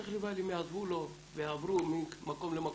יעזבו לו ויעברו ממקום למקום.